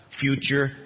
future